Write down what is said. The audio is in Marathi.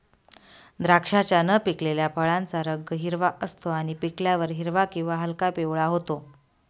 द्राक्षाच्या न पिकलेल्या फळाचा रंग हिरवा असतो आणि पिकल्यावर हिरवा किंवा हलका पिवळा होतो